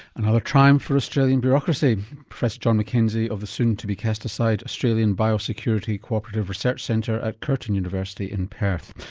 another triumph for australian bureaucracy. professor john mackenzie of the soon to be cast aside australian biosecurity co-operative research centre at curtin university in perth.